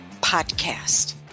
podcast